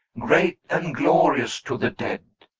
great and glorious, to the dead.